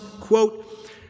quote